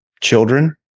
children